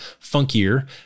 funkier